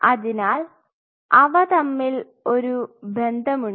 അതിനാൽ അവ തമ്മിൽ ഒരു ബന്ധമുണ്ട്